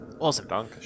Awesome